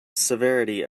severity